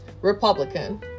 Republican